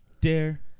Dare